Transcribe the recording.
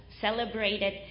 celebrated